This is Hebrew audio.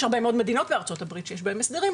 יש הרבה מאוד מדינות בארצות הברית שיש להן הסדרים,